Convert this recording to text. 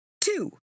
Two